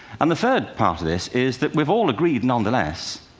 and the third part of this is that we've all agreed, nonetheless,